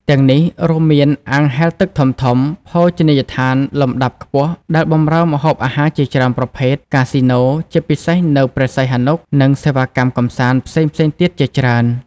ទាំងនេះរួមមាន អាងហែលទឹកធំៗ ភោជនីយដ្ឋានលំដាប់ខ្ពស់ដែលបម្រើម្ហូបអាហារជាច្រើនប្រភេទ កាស៊ីណូ ជាពិសេសនៅព្រះសីហនុ និងសេវាកម្មកម្សាន្តផ្សេងៗទៀតជាច្រើន។